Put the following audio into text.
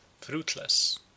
fruitless